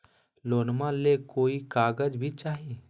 लोनमा ले कोई कागज भी चाही?